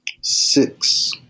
Six